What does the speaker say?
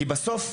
בסוף,